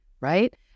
right